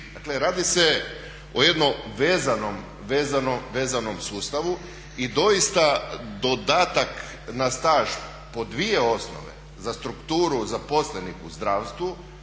radi se o jednom vezanom sustavu i doista dodatak na staž po dvije osnove za strukturu zaposlenih u zdravstvu